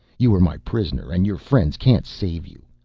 you are my prisoner and your friends can't save you.